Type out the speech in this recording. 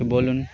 বলুন